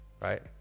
right